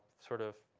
sort of